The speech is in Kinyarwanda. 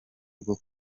rwo